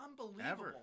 unbelievable